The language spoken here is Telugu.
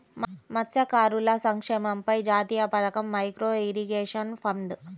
మత్స్యకారుల సంక్షేమంపై జాతీయ పథకం, మైక్రో ఇరిగేషన్ ఫండ్